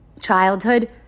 childhood